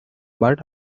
but